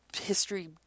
history